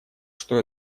что